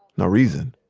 no reason.